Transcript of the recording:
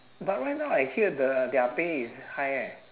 but right now I hear the their pay is high eh